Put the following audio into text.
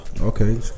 Okay